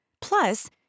Plus